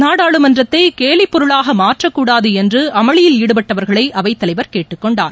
நாடாளுமன்றத்தை கேலி பொருளாக மாற்றக் கூடாது என்று அமளியில் ஈடுபட்டவர்களை அவைத் தலைவர் கேட்டுக் கொண்டார்